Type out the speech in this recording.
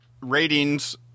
ratings